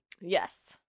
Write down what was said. yes